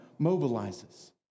mobilizes